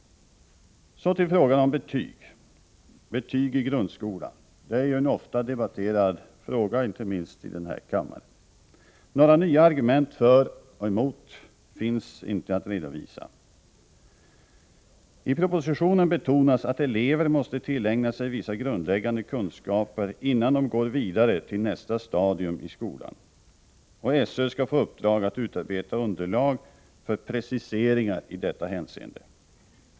Så till frågan om betyg i grundskolan. Det är ju en ofta debatterad fråga, inte minst i den här kammaren. Några nya argument för och emot finns inte att redovisa. I propositionen betonas att elever måste tillägna sig vissa grundläggande kunskaper innan de går vidare till nästa stadium i skolan. SÖ skall få i uppdrag att utarbeta underlag för preciseringar i detta hänseende.